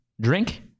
drink